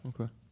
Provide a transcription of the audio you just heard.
Okay